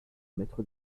maître